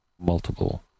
multiple